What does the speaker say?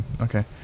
okay